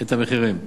את המחירים,